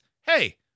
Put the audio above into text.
hey